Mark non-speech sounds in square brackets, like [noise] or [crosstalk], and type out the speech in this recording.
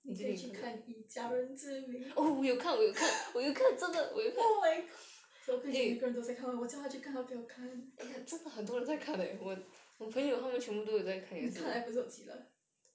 你可以去看以家人之名 [laughs] oh my god I think 每个人都在看我叫他去看他不要看你看 episode 几了